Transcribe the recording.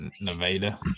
Nevada